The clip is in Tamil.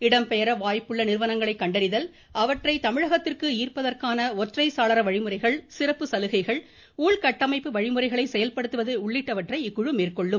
இடம்பெயர வாய்ப்புள்ள நிறுவனங்களை கண்டறிதல் அவற்றை தமிழகத்திற்கு ஈர்ப்பதற்கான ஒற்றைச்சாளர வழிமுறைகள் சிறப்பு சலுகைகள் உள்கட்டமைப்பு வழிமுறைகளை செயல்படுத்துவது உள்ளிட்டவந்றை இக்குழு மேற்கொள்ளும்